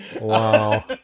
Wow